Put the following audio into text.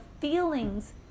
feelings